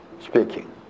speaking